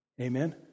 Amen